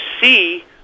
see